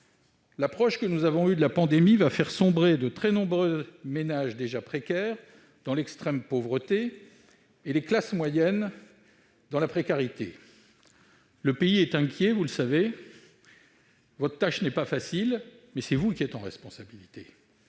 L'approche que nous avons eue de la pandémie fera sombrer de très nombreux ménages déjà précaires dans l'extrême pauvreté et les classes moyennes dans la précarité. Le pays est inquiet, vous le savez. Votre tâche n'est pas facile, mais c'est vous qui êtes aux responsabilités.